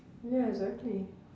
ya exactly